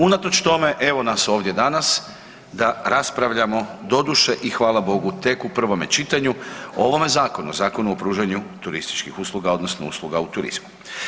Unatoč tome evo nas ovdje danas da raspravljamo doduše i hvala Bogu tek u prvom čitanju o ovome zakonu, Zakonu o pružanju turističkih usluga odnosno usluga u turizmu.